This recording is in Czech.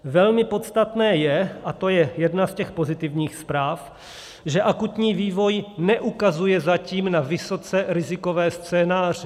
Velmi podstatné je, a to je jedna z těch pozitivních zpráv, že akutní vývoj neukazuje zatím na vysoce rizikové scénáře.